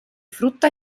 frutta